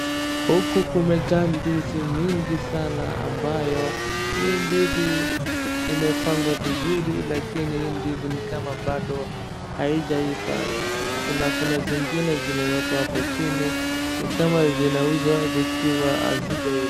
Huku kumejaa ndizi mingi sana ambayo hii ndizi imepangwa vizuri lakini hii ndizi ni kama bado haijaiva. Kuna zingine zimewekwa hapo chini ni kama zinauzwa zikiwa hazijaiva.